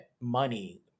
money